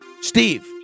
Steve